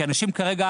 אנשים כרגע,